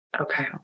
Okay